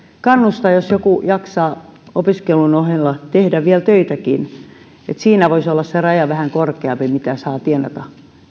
kannustaa jos joku jaksaa opiskelun ohella tehdä vielä töitäkin niin että siinä voisi olla se raja vähän korkeampi mitä saa tienata